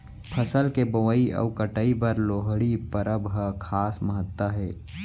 फसल के बोवई अउ कटई बर लोहड़ी परब ह खास महत्ता हे